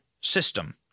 system